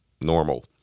normal